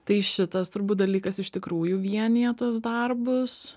tai šitas turbūt dalykas iš tikrųjų vienija tuos darbus